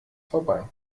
vorbei